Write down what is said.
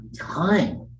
time